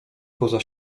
poza